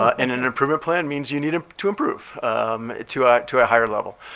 ah and and an improvement plan means you need ah to improve to ah to a higher level.